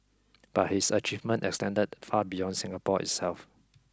but his achievement extended far beyond Singapore itself